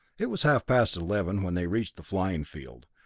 it was half-past eleven when they reached the flying field.